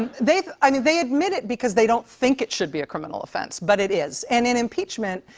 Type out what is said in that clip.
they've i mean, they admit it because they don't think it should be a criminal offense, but it is. and an impeachment,